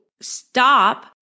stop